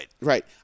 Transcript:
Right